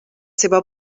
seva